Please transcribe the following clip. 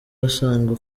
asanzwe